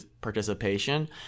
participation